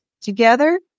together